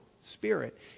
spirit